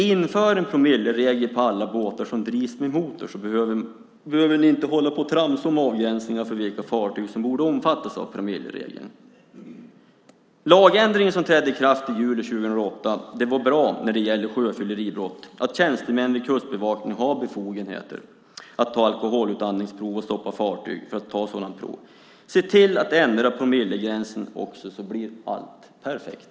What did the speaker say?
Inför en promilleregel för alla båtar som drivs av motor så behöver ni inte hålla på att tramsa om avgränsningar för vilka fartyg som borde omfattas av promilleregeln. Den lagändring som trädde i kraft i juli 2008 när det gäller sjöfylleribrott var bra. Tjänstemän vid Kustbevakningen har befogenheter att ta alkoholutandningsprov och stoppa fartyg för att ta sådana prov. Se till att ändra promillegränsen också så blir det perfekt.